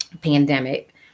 pandemic